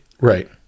Right